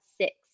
six